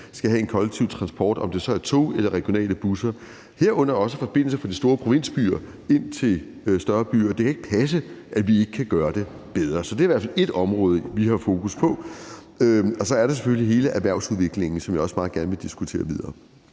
til den kollektive transport, om det så er tog eller regionale busser, herunder også forbindelser fra de store provinsbyer ind til større byer. Det kan ikke passe, at vi ikke kan gøre det bedre. Så det er i hvert fald ét område, vi har fokus på. Så er der selvfølgelig også hele erhvervsudviklingen, som jeg også meget gerne vil diskutere videre.